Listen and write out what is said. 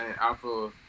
Alpha